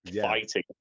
fighting